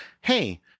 hey